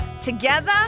together